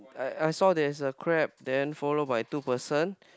I I saw there is a crab then followed by two person